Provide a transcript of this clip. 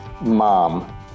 mom